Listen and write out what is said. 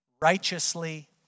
righteously